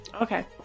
Okay